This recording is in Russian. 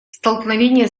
столкновение